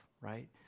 right